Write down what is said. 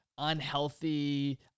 Unhealthy